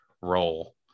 role